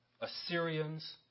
Assyrians